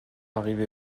arrivée